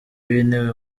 w’intebe